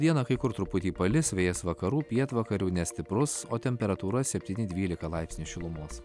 dieną kai kur truputį palis vėjas vakarų pietvakarių nestiprus o temperatūra septyni dvylika laipsnių šilumos